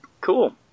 Cool